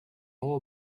all